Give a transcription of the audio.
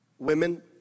Women